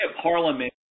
Parliament